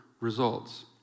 results